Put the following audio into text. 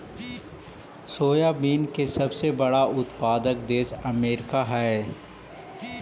soybean के सबसे बड़ा उत्पादक देश अमेरिका हइ